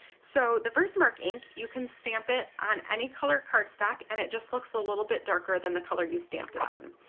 so the versamark ink you can stamp it on any color cardstock and it just looks a little bit darker than the color you stamped it on.